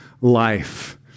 life